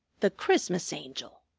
the christmas angel!